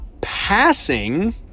Passing